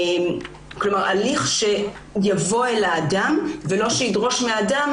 כלומר, הליך שיבוא אל האדם ולא שידרוש מהאדם